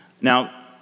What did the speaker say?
Now